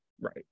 Right